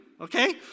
okay